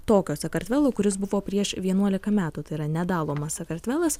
tokio sakartvelo kuris buvo prieš vienuolika metų tai yra nedalomas sakartvelas